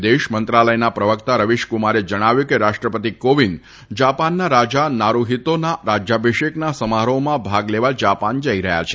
વિદેશ મંત્રાલયના પ્રવકતા રવીશકુમારે જણાવ્યું છે કે રાષ્ટ્રપતી કોવિંદ જાપાનના રાજા નારુફીતોના રાજયાભિષેકના સમારોહમાં ભાગ લેવા જાપાન જઇ રહયાં છે